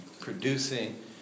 producing